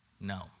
No